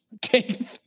Take